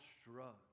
struck